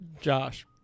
josh